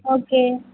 okay